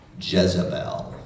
Jezebel